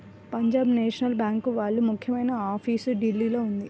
Punjab National Bank వాళ్ళ ముఖ్యమైన office ఢిల్లీలో ఉంది